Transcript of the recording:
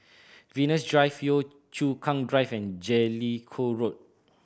Venus Drive Yio Chu Kang Drive and Jellicoe Road